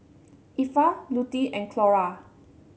Effa Lutie and Clora